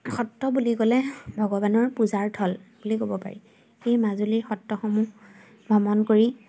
সত্ৰ বুলি ক'লে ভগৱানৰ পূজাৰ থল বুলি ক'ব পাৰি এই মাজুলীৰ সত্ৰসমূহ ভ্ৰমণ কৰি